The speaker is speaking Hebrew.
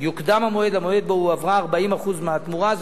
יוקדם המועד למועד שבו הועברה 40% מהתמורה,